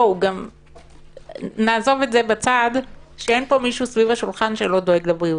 אין פה מישהו סביב השולחן שלא דואג לעניין הבריאותי.